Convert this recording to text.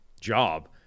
job